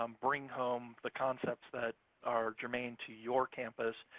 um bring home the concepts that are germane to your campus.